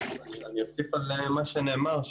אוסיף על מה שנאמר.